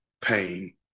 pain